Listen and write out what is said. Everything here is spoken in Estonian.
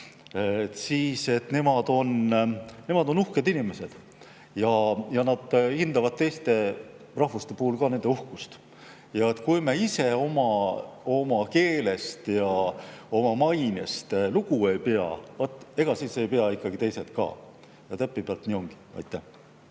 tunnen, et nemad on uhked inimesed ja nad hindavad teiste rahvuste puhul ka nende uhkust. Ja kui me ise oma keelest ja oma mainest lugu ei pea, vaat ega siis ei pea ikkagi teised ka. Täpipealt nii ongi. Hea